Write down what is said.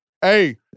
Hey